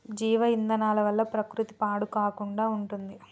జీవ ఇంధనాల వల్ల ప్రకృతి పాడు కాకుండా ఉంటుంది